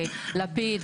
לפיד,